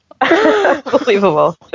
Unbelievable